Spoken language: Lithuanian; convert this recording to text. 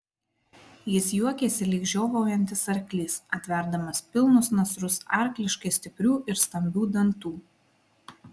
jis juokėsi lyg žiovaujantis arklys atverdamas pilnus nasrus arkliškai stiprių ir stambių dantų